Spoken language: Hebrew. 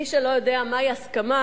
מי שלא יודע מהי הסכמה,